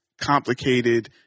complicated